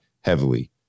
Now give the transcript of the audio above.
heavily